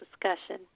discussion